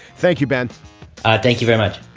thank you, ben thank you very much